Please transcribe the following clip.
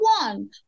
one